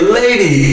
lady